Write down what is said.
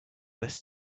this